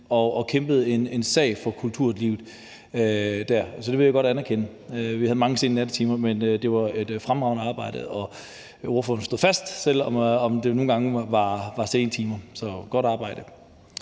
hun kæmpede en sag for kulturlivet. Så det vil jeg godt anerkende. Vi havde mange sene nattetimer, men det var et fremragende arbejde, og ordføreren stod fast, selv om det nogle gange var sene timer. Så godt arbejde!